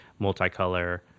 multicolor